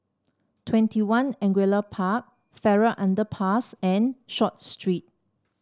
WwentyOne Angullia Park Farrer Underpass and Short Street